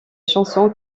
chanson